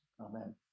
Amen